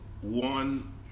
one